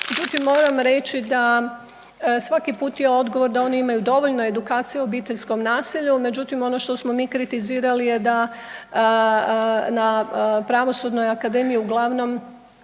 moram reći da svaki put je odgovor da oni imaju dovoljno edukaciju o obiteljskom nasilju, međutim ono što smo mi kritizirali je da na Pravosudnoj akademiji uglavnom